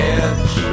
edge